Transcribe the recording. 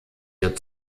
der